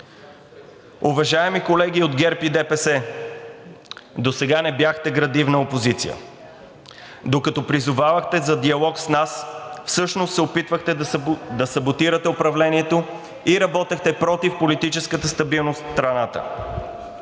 Уважаеми колеги от ГЕРБ и ДПС, досега не бяхте градивна опозиция. Докато призовавахте за диалог с нас, всъщност се опитвахте да саботирате управлението и работехте против политическата стабилност в страната.